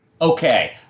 okay